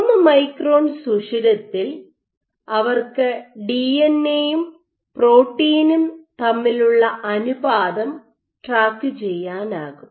മൂന്ന് മൈക്രോൺ സുഷിരത്തിൽ അവർക്ക് ഡിഎൻഎയും പ്രോട്ടീനും തമ്മിലുള്ള അനുപാതം ട്രാക്കുചെയ്യാനാകും